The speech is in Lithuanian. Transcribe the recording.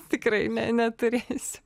tikrai ne neturėsiu